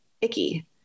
icky